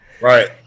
Right